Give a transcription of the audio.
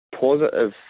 positive